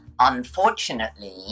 Unfortunately